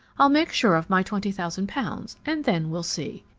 i'll make sure of my twenty thousand pounds, and then we'll see.